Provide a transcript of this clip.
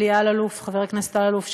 חבר הכנסת אלי אלאלוף,